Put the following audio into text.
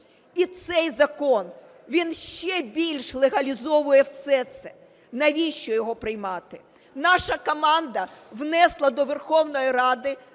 І цей закон він ще більш легалізовує все це. Навіщо його приймати? Наша команда внесла до Верховної Ради